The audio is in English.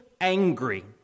angry